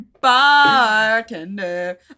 Bartender